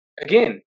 again